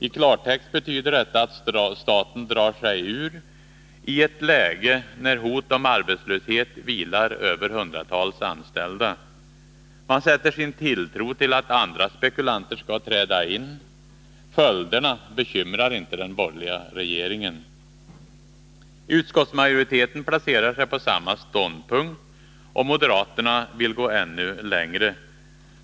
I klartext betyder detta att staten drar sig ur i ett läge då hot om arbetslöshet vilar över hundratals anställda. Man sätter sin tilltro till att andra spekulanter skall träda in. Följderna bekymrar inte den borgerliga regeringen. Utskottsmajoriteten intar samma ståndpunkt. Moderaterna vill gå ännu längre.